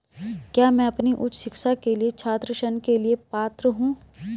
क्या मैं अपनी उच्च शिक्षा के लिए छात्र ऋण के लिए पात्र हूँ?